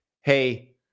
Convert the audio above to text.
hey